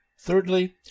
thirdly